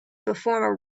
perform